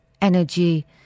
energy